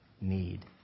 need